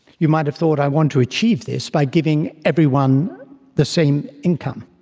you might have thought i want to achieve this by giving everyone the same income.